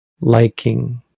liking